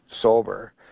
sober